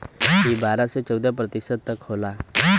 ई बारह से चौदह प्रतिशत तक होला